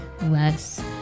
less